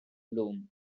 loom